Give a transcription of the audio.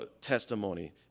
testimony